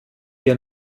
wir